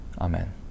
Amen